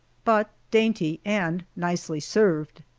but dainty and nicely served.